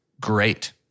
great